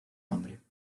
nombre